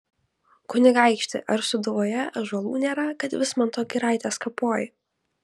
kunigaikšti ar sūduvoje ąžuolų nėra kad vismanto giraites kapoji